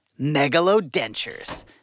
megalodentures